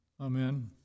amen